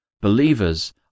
believers